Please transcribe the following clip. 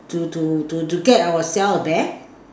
to to to to get ourself a bear